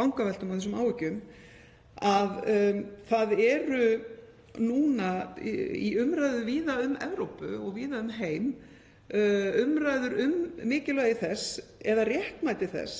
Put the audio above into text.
vangaveltum og þessum áhyggjum — það eru núna víða um Evrópu og víða um heim umræður um mikilvægi eða réttmæti þess